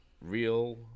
real